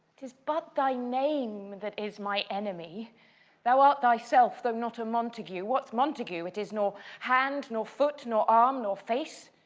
tis but thy name that is my enemy thou art thyself, though not a montague. what's montague? it is nor hand, nor foot, nor arm, nor face,